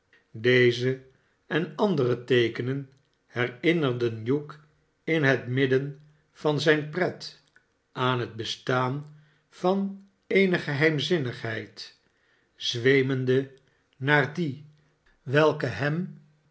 deze en andere teekenen herinnerden hugh in het midden van zijne pret aan het bestaan van eene geheimzinnigheid zweemende naar die welke hem